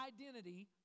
identity